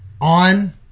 on